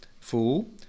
fool